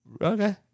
Okay